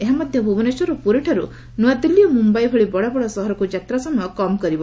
ଏହା ମଧ୍ୟ ଭୁବନେଶ୍ୱର ଓ ପୁରୀଠାରୁ ନ୍ରଆଦିଲ୍ଲୀ ଓ ମୁମ୍ବାଇ ଭଳି ବଡ଼ବଡ଼ ସହରକୁ ଯାତ୍ରା ସମୟ କମ୍ କରିବ